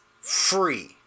free